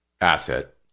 asset